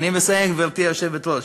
אני מסיים, גברתי היושבת-ראש.